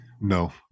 no